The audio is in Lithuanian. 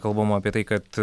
kalbama apie tai kad